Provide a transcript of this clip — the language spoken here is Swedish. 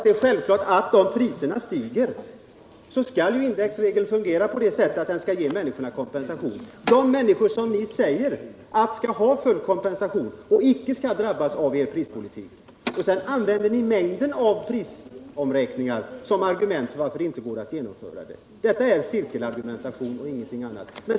Det är självklart att om priserna stiger skall indexregeln fungera på det sättet att den ger människorna kompensation — alltså de människor som ni säger skall ha full kompensation och icke drabbas av er prispolitik. Men sedan använder ni mängden av prisomräkningar som argument för att det inte går att genomföra dem. Detta är en cirkelargumentation, ingenting annat.